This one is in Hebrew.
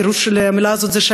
הפירוש של המילה הזאת זה,